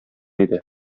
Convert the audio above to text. иде